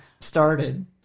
started